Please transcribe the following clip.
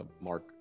Mark